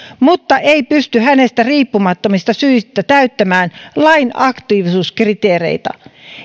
mutta ei pysty hänestä riippumattomista syistä täyttämään lain aktiivisuuskriteereitä